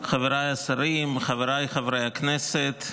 חבריי השרים, חבריי חברי הכנסת,